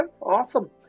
Awesome